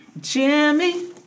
Jimmy